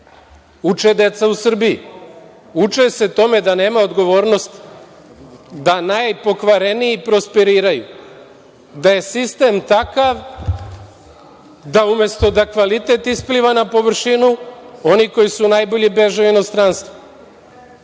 uče deca u Srbiji? Uče se tome da nema odgovornosti, da najpokvareniji prosperiraju, da je sistem takav da umesto da kvalitet ispliva na površinu, oni koji su najbolji beže u inostranstvo.E,